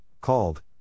called